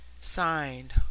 signed